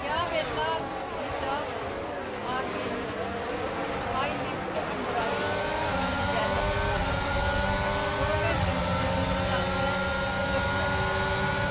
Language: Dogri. क्या Bella Vita organic eyelift under eye cream gel दो घैंटें च डलीवरी आस्तै उपलब्ध ऐ